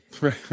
Right